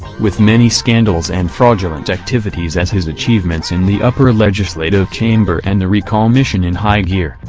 with many scandals and fraudulent activities as his achievements in the upper legislative chamber and the recall mission in high gear,